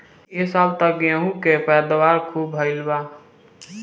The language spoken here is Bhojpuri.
ए साल त गेंहू के पैदावार खूब भइल बा